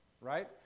right